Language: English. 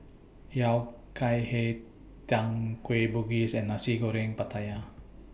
Yao Cai Hei Tang Kueh Bugis and Nasi Goreng Pattaya